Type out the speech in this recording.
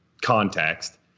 context